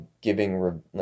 giving